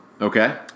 Okay